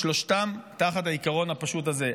ושלושתם תחת העיקרון הפשוט הזה.